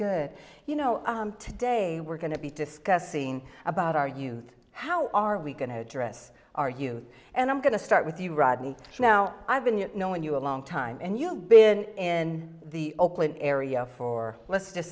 good you know today we're going to be discussing about our youth how are we going to address are you and i'm going to start with you rod and now i've been you know when you a long time and you've been in the open area for let's just